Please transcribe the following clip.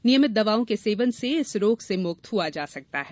नियमित दवाओं के सेवन से इस रोग से मुक्त हुआ जा सकता है